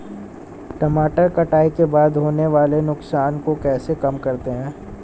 टमाटर कटाई के बाद होने वाले नुकसान को कैसे कम करते हैं?